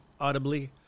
audibly